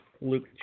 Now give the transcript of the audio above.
Luke